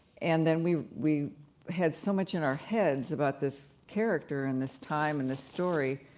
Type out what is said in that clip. and then we we had so much in our heads about this character and this time and this story,